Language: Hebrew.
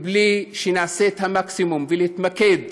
בלי שנעשה את המקסימום ונתמקד